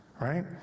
right